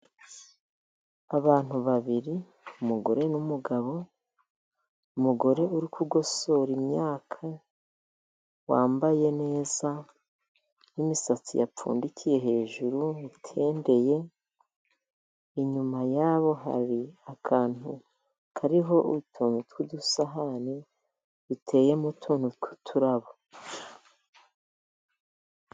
Abantu babiri umugore n'umugabo, umugore uri kugosora imyaka, wambaye neza n'imisatsi yapfundikiye hejuru itendeye inyuma yabo, hari akantu kariho utuntu tw'usahani duteyemo utuntu tw'uturabo.